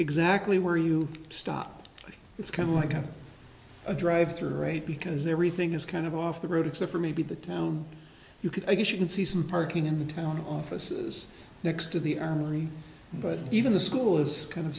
exactly where you stop but it's kind of like a drive through right because everything is kind of off the road except for maybe the town you can i guess you can see some parking in the town offices next to the armory but even the school is kind of